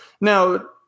Now